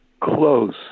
close